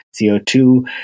CO2